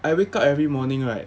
I wake up every morning right